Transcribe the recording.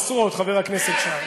עשרות, חבר הכנסת שי.